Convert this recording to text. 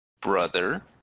brother